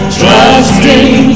trusting